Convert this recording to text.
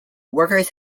workers